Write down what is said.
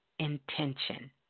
Intention